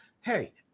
Hey